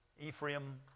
Ephraim